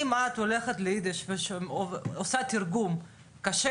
אם את הולכת לאידיש ועושה תרגום 'כשר'